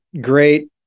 great